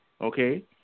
Okay